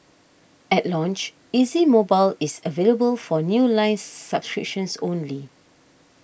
at launch Easy Mobile is available for new line subscriptions only